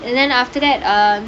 and then after that err